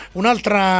un'altra